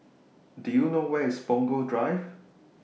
Do YOU know Where IS Punggol Drive